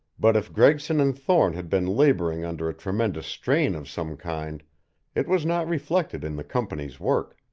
but if gregson and thorne had been laboring under a tremendous strain of some kind it was not reflected in the company's work,